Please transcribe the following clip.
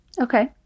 Okay